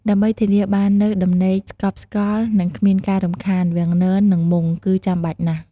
ដើម្បីធានាបាននូវដំណេកស្កប់ស្កល់ និងគ្មានការរំខាន វាំងនន និងមុង គឺចាំបាច់ណាស់។